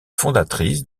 fondatrice